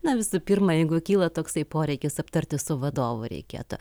na visų pirma jeigu kyla toksai poreikis aptarti su vadovu reikėtų